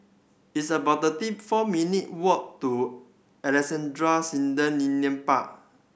it's about thirty four minute walk to Alexandra Canal Linear Park